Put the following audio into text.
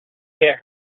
get